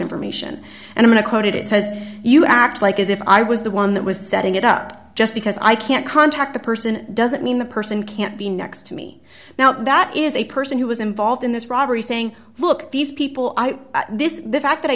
information and a quote it says you act like as if i was the one that was setting it up just because i can't contact the person doesn't mean the person can't be next to me now that is a person who was involved in this robbery saying look these people i this the fact that i